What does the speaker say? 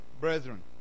brethren